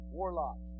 Warlock